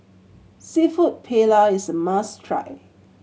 Seafood Paella is a must try